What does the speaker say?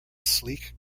sleek